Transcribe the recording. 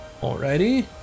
Alrighty